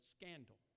scandal